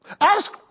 Ask